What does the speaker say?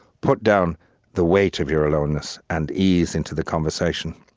put down the weight of your aloneness and ease into the conversation.